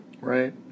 Right